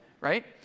right